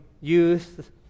youth